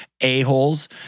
a-holes